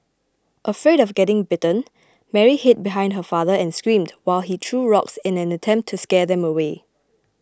afraid of getting bitten Mary hid behind her father and screamed while he threw rocks in an attempt to scare them away